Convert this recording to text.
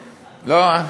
לא.